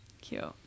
cute